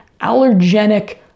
allergenic